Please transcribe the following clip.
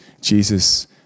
Jesus